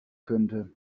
könnte